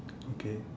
okay